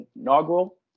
inaugural